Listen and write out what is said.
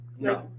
No